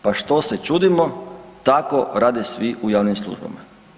Pa što se čudimo tako rade svi u javnim službama.